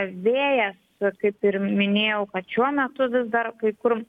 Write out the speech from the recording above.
vėjas kaip ir minėjau kad šiuo metu vis dar kai kur